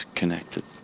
connected